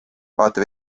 vaata